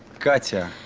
katia.